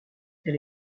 elle